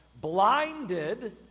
blinded